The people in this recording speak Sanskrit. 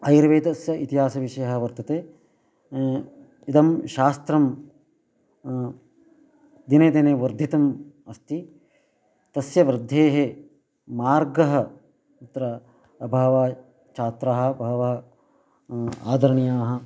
आयुर्वेदस्य इतिहासविषयः वर्तते इदं शास्त्रं दिने दिने वर्धितम् अस्ति तस्य वृद्धेः मार्गः अत्र बहवः छात्राः बहवः आधरणीयाः